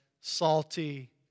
salty